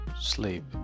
sleep